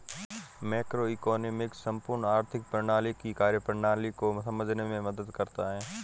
macroeconomics संपूर्ण आर्थिक प्रणाली की कार्यप्रणाली को समझने में मदद करता है